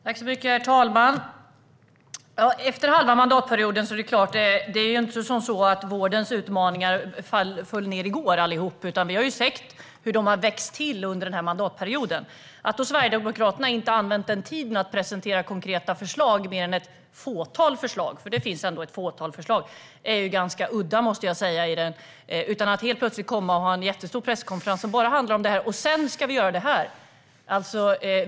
Herr talman! Efter halva mandatperioden är det inte så att alla vårdens utmaningar föll ned i går. Vi har sett hur de har växt till under mandatperioden. Att Sverigedemokraterna inte har använt den tiden till att presentera mer än ett fåtal konkreta förslag, för det finns ändå ett fåtal förslag, är ganska udda. Helt plötsligt kommer man och har en jättestor presskonferens som bara handlar om detta och säger: Sedan ska vi göra detta.